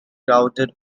crowded